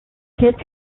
kits